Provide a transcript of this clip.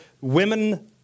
women